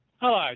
Hello